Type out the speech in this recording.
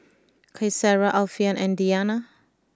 Qaisara Alfian and Diyana